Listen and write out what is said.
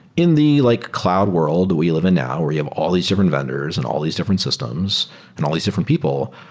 in the like cloud world we live in now where you have all these different vendors and all these different systems and all these different people,